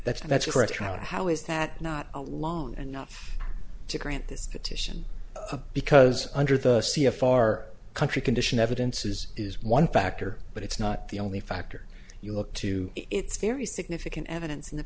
that's that's correct out how is that not alone and not to grant this edition because under the sea a far country condition evidence is is one factor but it's not the only factor you look to it's very significant evidence in